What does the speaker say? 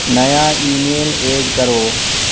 نیا email add کرو